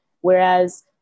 Whereas